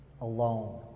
alone